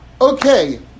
Okay